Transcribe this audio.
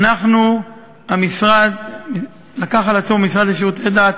אנחנו, המשרד לקח על עצמו, המשרד לשירותי דת,